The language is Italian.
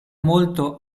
molto